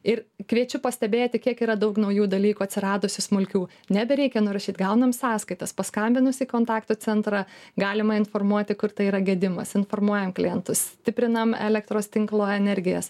ir kviečiu pastebėti kiek yra daug naujų dalykų atsiradusių smulkių nebereikia nurašyt gaunam sąskaitas paskambinus į kontaktų centrą galima informuoti kur tai yra gedimas informuojam klientus stiprinam elektros tinklo energijas